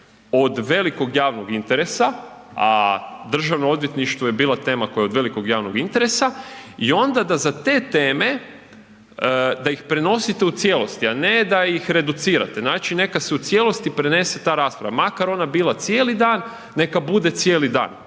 od velikog javnog interesa, a državno odvjetništvo je bila tema koja je od velikog javnog interesa, i onda da za te teme, da ih prenosite u cijelosti, a ne da ih reducirate, znači neka se u cijelosti prenese ta rasprava makar ona bila cijeli dan, neka bude cijeli dan.